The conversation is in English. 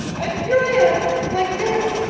and here i am like this.